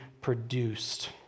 produced